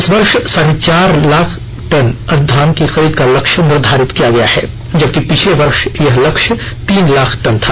इस वर्ष साढ़े चार लाख टन धान की खरीद का लक्ष्य निर्धारित किया गया है जबकि पिछले वर्ष यह लक्ष्य तीन लाख टन था